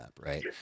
right